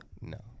No